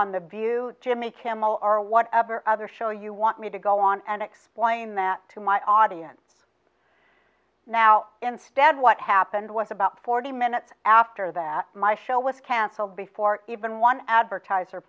on the view jimmy kimmel or whatever other show you want me to go on and explain that to my audience now instead what happened was about forty minutes after that my show was canceled before even one advertiser